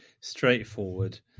straightforward